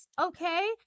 Okay